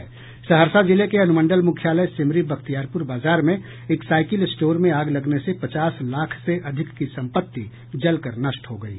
सहरसा जिले के अनुमंडल मुख्यालय सिमरी बख्तियारपुर बाजार में एक साईकिल स्टोर में आग लगने से पचास लाख से अधिक की संपत्ति जलकर नष्ट हो गयी